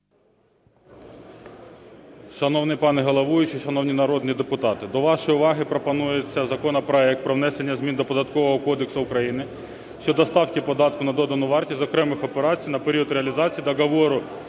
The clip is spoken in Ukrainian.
Шановний пане головуючий, шановні народні депутати! До вашої уваги пропонується законопроект про внесення змін до Податкового кодексу України щодо ставки податку на додану вартість з окремих операцій на період реалізації Договору